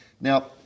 Now